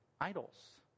Idols